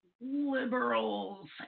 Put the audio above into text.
liberals